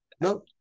No